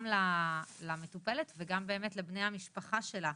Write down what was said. גם למטופלת וגם באמת לבני המשפחה שלה.